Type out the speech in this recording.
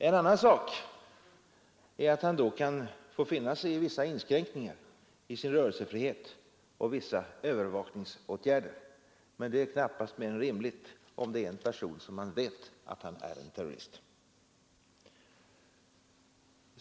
En annan sak är att han då kan få finna sig i vissa inskränkningar i sin rörelsefrihet och vissa övervakningsåtgärder, men det är knappast mer än rimligt om det gäller en person som vi vet är en terrorist.